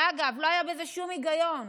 שאגב, לא היה בזה שום הגיון.